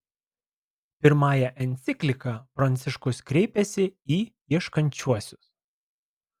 pirmąja enciklika pranciškus kreipiasi į ieškančiuosius